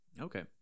Okay